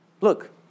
Look